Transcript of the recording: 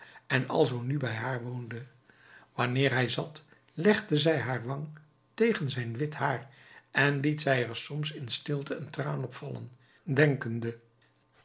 en alzoo nu bij haar woonde wanneer hij zat legde zij haar wang tegen zijn wit haar en liet zij er soms in stilte een traan op vallen denkende